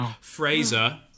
Fraser